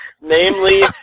Namely